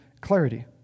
clarity